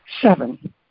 Seven